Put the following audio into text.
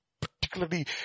particularly